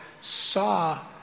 saw